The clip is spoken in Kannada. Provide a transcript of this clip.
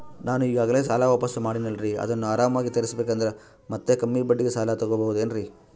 ನಾನು ಈಗಾಗಲೇ ಸಾಲ ವಾಪಾಸ್ಸು ಮಾಡಿನಲ್ರಿ ಅದನ್ನು ಆರಾಮಾಗಿ ತೇರಿಸಬೇಕಂದರೆ ಮತ್ತ ಕಮ್ಮಿ ಬಡ್ಡಿಗೆ ಸಾಲ ತಗೋಬಹುದೇನ್ರಿ?